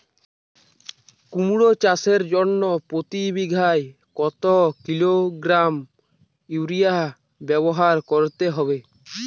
কুমড়ো চাষের জন্য প্রতি বিঘা কত কিলোগ্রাম ইউরিয়া ব্যবহার করতে হবে?